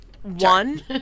One